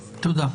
תודה.